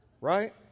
right